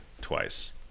twice